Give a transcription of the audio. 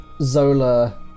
Zola